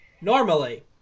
normally